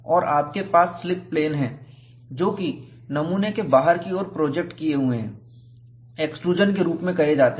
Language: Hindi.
और आपके पास स्लिप प्लेन हैं जो कि नमूने से बाहर की ओर प्रोजेक्ट किए हुए हैं एक्सट्रूजन के रूप में कहे जाते हैं